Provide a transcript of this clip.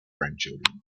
grandchildren